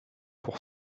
pour